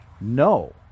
No